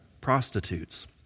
prostitutes